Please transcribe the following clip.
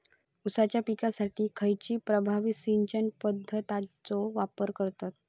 ऊसाच्या पिकासाठी खैयची प्रभावी सिंचन पद्धताचो वापर करतत?